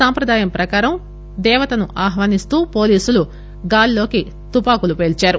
సంప్రదాయం ప్రకారం దేవతను స్వాగతిస్తూ పోలీసులు గాలిలో తుపాకులను పేల్చారు